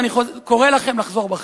ואני קורא לכם לחזור בכם.